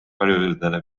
paljudele